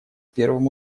первым